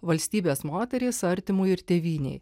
valstybės moterys artimui ir tėvynei